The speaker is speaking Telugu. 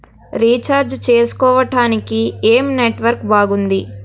రీఛార్జ్ చేసుకోవటానికి ఏం నెట్వర్క్ బాగుంది?